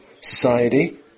society